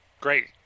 great